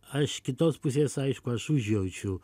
aš kitos pusės aišku aš užjaučiu